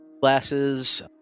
Glasses